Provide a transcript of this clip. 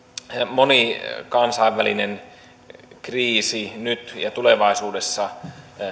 moni kansainvälinen kriisi nyt ja tulevaisuudessa